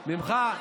ממך,